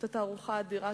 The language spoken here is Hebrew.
זאת היתה תערוכה אדירה,